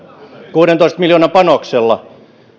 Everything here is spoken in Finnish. kuudentoista miljoonan panoksella